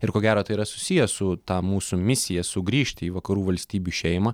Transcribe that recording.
ir ko gero tai yra susiję su ta mūsų misija sugrįžti į vakarų valstybių šeimą